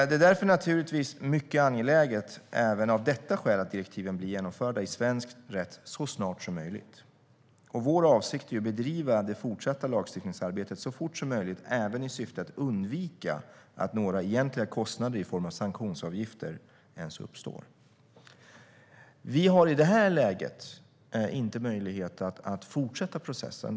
Det är därför naturligtvis mycket angeläget även av detta skäl att direktiven blir genomförda i svensk rätt så snart som möjligt. Vår avsikt är att bedriva det fortsatta lagstiftningsarbetet så fort som möjligt, även i syfte att undvika att några egentliga kostnader i form av sanktionsavgifter uppstår. Vi har i det här läget inte möjlighet att fortsätta processen.